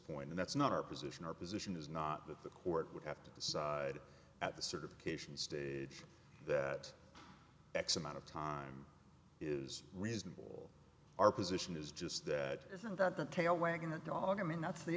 point and that's not our position our position is not that the court would have to decide at the certification stage that x amount of time is reasonable our position is just that isn't that the tail wagging the dog i mean that's the